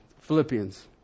Philippians